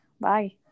Bye